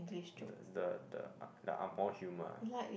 the the the ang~ the angmoh humour ah